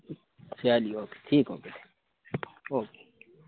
چلیے اوکے ٹھیک okay okay